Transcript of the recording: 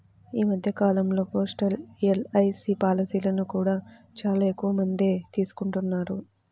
ఈ మధ్య కాలంలో పోస్టల్ ఎల్.ఐ.సీ పాలసీలను కూడా చాలా ఎక్కువమందే తీసుకుంటున్నారు